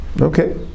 okay